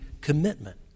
commitment